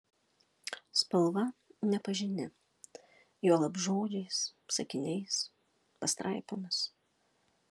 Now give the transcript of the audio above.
spalva nepažini juolab žodžiais sakiniais pastraipomis